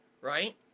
right